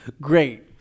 great